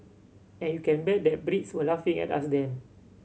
and you can bet that Brits were laughing at us then